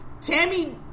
Tammy